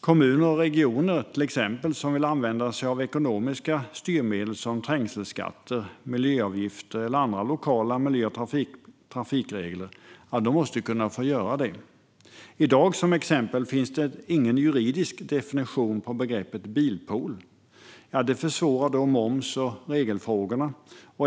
Kommuner och regioner som vill använda sig av ekonomiska styrmedel, till exempel trängselskatter, miljöavgifter eller andra lokala miljö och trafikregler, måste få göra det. I dag finns ingen juridisk definition på begreppet bilpool. Det försvårar moms och regelfrågorna.